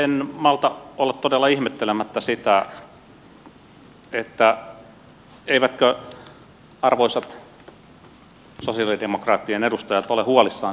en malta olla todella ihmettelemättä sitä eivätkö arvoisat sosialidemokraattien edustajat ole huolissaan työturvallisuudesta